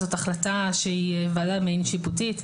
זאת החלטה שהיא ועדה מעין שיפוטית.